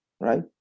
right